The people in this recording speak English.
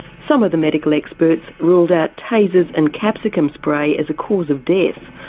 some of the medical experts ruled out tasers and capsicum spray as a cause of death,